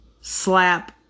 slap